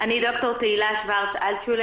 אני דוקטור תהילה שוורץ-אלטשולר.